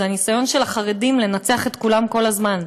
ניסיון של החרדים לנצח את כולם כל הזמן.